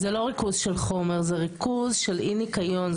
זה לא ריכוז של חומר אלא ריכוז של אי ניקיון.